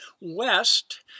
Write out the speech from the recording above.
west